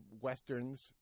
Westerns